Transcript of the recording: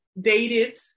dated